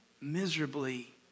miserably